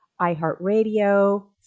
iHeartRadio